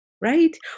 right